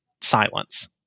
Silence